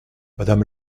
madame